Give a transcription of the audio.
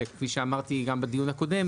שכפי שאמרתי גם בדיון הקודם,